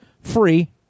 free